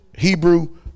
Hebrew